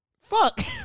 Fuck